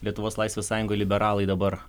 lietuvos laisvės sąjunga liberalai dabar